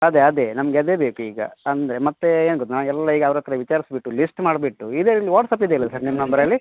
ಅದೆ ಅದೆ ನಮಗೆ ಅದೆ ಬೇಕು ಈಗ ಅಂದರೆ ಮತ್ತೆ ಏನು ಗೊತ್ತ ನಾ ಎಲ್ಲ ಈಗ ಅವರತ್ರ ವಿಚಾರಿಸ್ಬಿಟ್ಟು ಲಿಸ್ಟ್ ಮಾಡಿಬಿಟ್ಟು ಇದರಲ್ಲಿ ವಾಟ್ಸ್ಅಪ್ ಇದೆಯಲ್ಲ ಸರ್ ನಿಮ್ಮ ನಂಬರಲ್ಲಿ